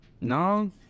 No